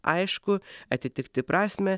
aišku atitikti prasmę